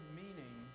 meaning